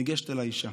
ניגשת אליי אישה